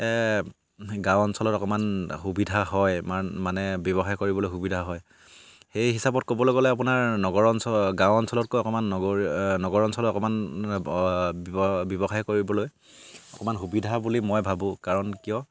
তে গাঁও অঞ্চলত অকমান সুবিধা হয় ইমান মানে ব্যৱসায় কৰিবলৈ সুবিধা হয় সেই হিচাপত ক'বলৈ গ'লে আপোনাৰ নগৰ অঞ্চল গাঁও অঞ্চলতকৈ অকমান নগৰ নগৰ অঞ্চলত অকমান ব্যৱসায় কৰিবলৈ অকমান সুবিধা বুলি মই ভাবোঁ কাৰণ কিয়